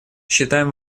считаем